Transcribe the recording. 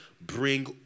bring